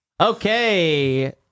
Okay